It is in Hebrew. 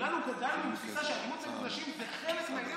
כולנו גדלנו בתפיסה שאלימות נגד נשים זה חלק מהעניין